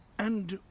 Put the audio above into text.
and,